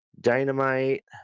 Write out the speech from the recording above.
dynamite